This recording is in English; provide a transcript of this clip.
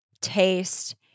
taste